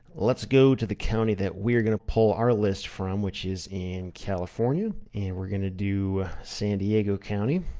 let's go to the county that we're gonna pull our list from, which is in california. and we're gonna do san diego county.